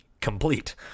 complete